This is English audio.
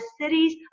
cities